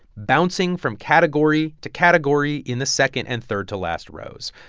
bouncing from category to category in the second and third to last rows.